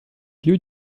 lieu